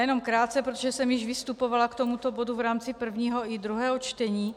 Jenom krátce, protože jsem již vystupovala k tomuto bodu v rámci prvního i druhého čtení.